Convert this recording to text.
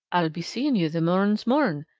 i'll be seeing you the morn's morn,